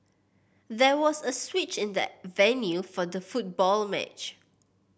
there was a switch in the venue for the football match